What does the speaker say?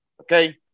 Okay